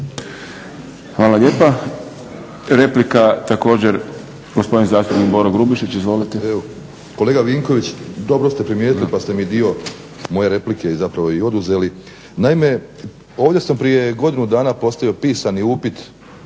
Hvala lijepa. Replika također gospodin zastupnik Boro Grubišić. Izvolite. **Grubišić, Boro (HDSSB)** Evo, kolega Vinković dobro ste primijetili pa ste mi dio moje replike zapravo i oduzeli. Naime, ovdje sam prije godine dana postavio pisani upit